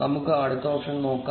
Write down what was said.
നമുക്ക് അടുത്ത ഓപ്ഷൻ നോക്കാം